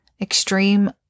extreme